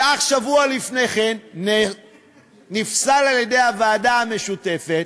שאך שבוע לפני כן נפסל על-ידי הוועדה המשותפת